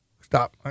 Stop